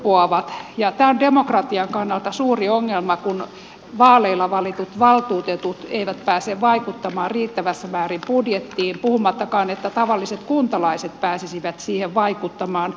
tämä on demokratian kannalta suuri ongelma kun vaaleilla valitut valtuutetut eivät pääse vaikuttamaan riittävissä määrin budjettiin puhumattakaan että tavalliset kuntalaiset pääsisivät siihen vaikuttamaan